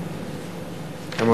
הנושא,